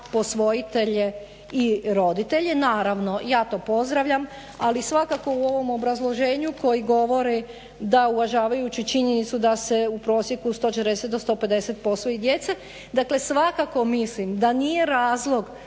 posvojitelje i roditelje, naravno ja to pozdravljam. Ali svakako u ovom obrazloženju koji govori da uvažavajući činjenicu da se u prosjeku 140 do 150 posvoji djece, dakle svakako mislim da nije razlog